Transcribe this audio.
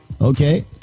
okay